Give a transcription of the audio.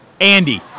Andy